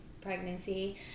pregnancy